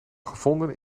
gevonden